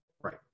Right